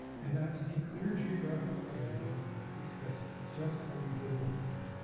and that's a clear geographical area expressed, it's just how you verbalize it.